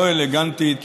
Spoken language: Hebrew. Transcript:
לא אלגנטית,